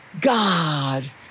God